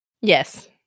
Yes